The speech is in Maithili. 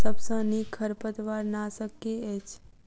सबसँ नीक खरपतवार नाशक केँ अछि?